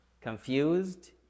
confused